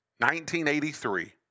1983